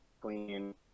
clean